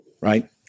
right